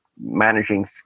Managing